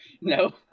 no